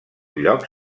lloc